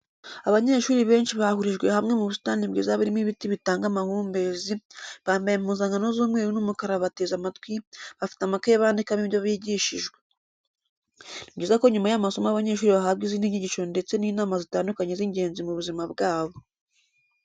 Abanyeshuri benshi bahurijwe hamwe mu busitani bwiza burimo ibiti bitanga amahumbezi bambaye impuzankano z'umweru n'umukara bateze amatwi bafite amakayi bandikamo ibyo bigishijwe. Ni byiza ko nyuma y'amasomo abanyeshuri bahabwa izindi nyigisho ndetse n'inama zitandukanye z'ingenzi mu buzima bwabo.